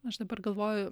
aš dabar galvoju